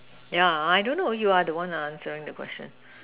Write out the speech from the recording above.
yeah I don't know you are the one answering the question